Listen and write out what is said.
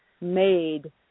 made